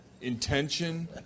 intention